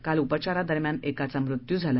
काल उपचारादरम्यान एकाचा मृत्यू झाला